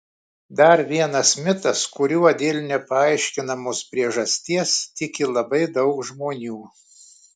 dar vienas mitas kuriuo dėl nepaaiškinamos priežasties tiki labai daug žmonių